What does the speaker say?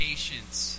patience